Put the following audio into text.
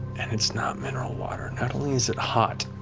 and it's not mineral water. not only is it hot,